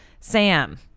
Sam